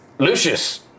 Lucius